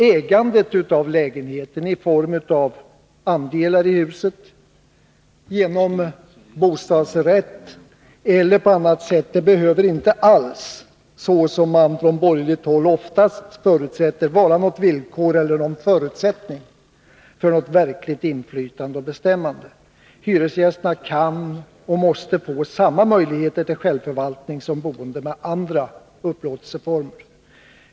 Ägande av lägenheter i form av andelar i huset, genom bostadsrätt eller på annat sätt behöver inte alls, såsom man från borgerligt håll oftast förutsätter, vara något villkor eller någon förutsättning för ett verkligt inflytande och bestämmande. Hyresgästerna kan och måste få samma möjligheter till självförvaltning som boende i andra upplåtelseformer.